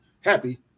happy